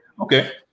Okay